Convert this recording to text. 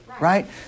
right